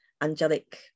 angelic